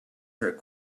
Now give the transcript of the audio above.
her